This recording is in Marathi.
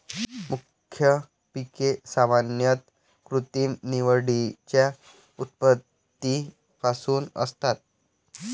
मुख्य पिके सामान्यतः कृत्रिम निवडीच्या उत्पत्तीपासून असतात